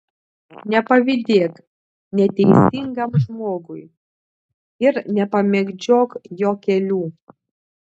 nepavydėk neteisingam žmogui ir nepamėgdžiok jo kelių